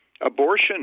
Abortion